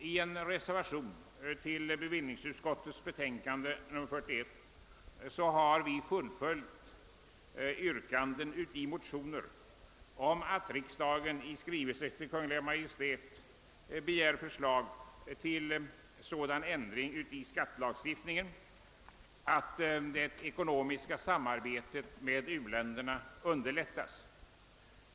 I en reservation till bevillningsutskottets betänkande nr 41 har vi reservanter fullföljt yrkandena i motioner om att riksdagen i skrivelse till Kungl. Maj:t måtte begära »förslag till sådana ändringar i skattelagstiftningen, att det ekonomiska samarbetet med u-länderna underlättas».